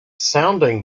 sounding